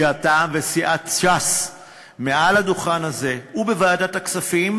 שאתה וסיעת ש"ס מעל הדוכן הזה ובוועדת הכספים